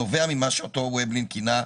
נובע ממה שאותו ובלן כינה,